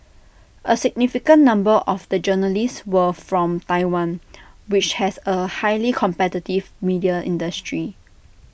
A significant number of the journalists were from Taiwan which has A highly competitive media industry